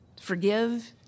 Forgive